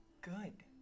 good